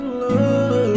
love